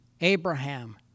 Abraham